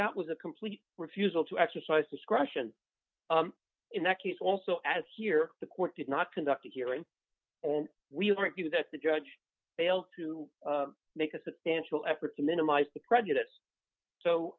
that was a complete refusal to exercise discretion in that case also as here the court did not conduct a hearing and we weren't you know that the judge failed to make a substantial effort to minimize the prejudice so